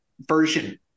version